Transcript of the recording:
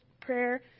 prayer